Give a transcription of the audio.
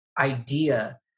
idea